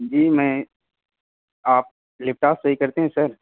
جی میں آپ laptop صحیح کرتے ہیں سر